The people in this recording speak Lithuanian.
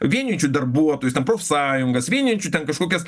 vienijančių darbuotojus ten profsąjungas vienijančių ten kažkokias